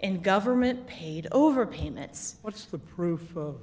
in government paid over payments what's the proof of